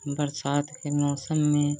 बरसात के मौसम में